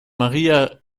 maria